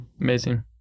amazing